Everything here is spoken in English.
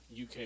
UK